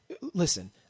listen